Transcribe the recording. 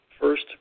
first